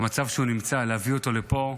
במצב שהוא נמצא להביא אותו לפה,